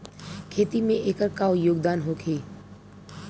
खेती में एकर का योगदान होखे?